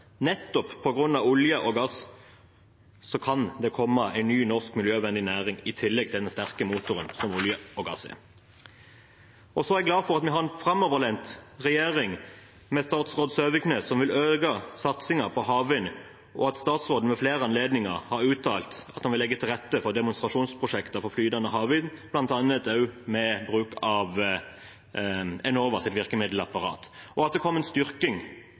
nettopp på grunn av olje og gass, kan det komme en ny, norsk, miljøvennlig næring, i tillegg til den sterke motoren som olje og gass er. Jeg er glad for at vi har en framoverlent regjering med statsråd Søviknes som vil øke satsingen på havvind, for at statsråden ved flere anledninger har uttalt at han vil legge til rette for demonstrasjonsprosjekter for flytende havvind, bl.a. også med bruk av Enovas virkemiddelapparat, og for at det kom en styrking